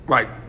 Right